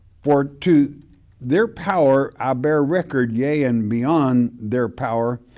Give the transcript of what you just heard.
for to their power, i bear record, yea, and beyond their power,